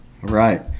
right